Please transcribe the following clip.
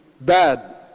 bad